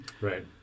Right